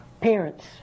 Parents